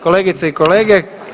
Kolegice i kolege.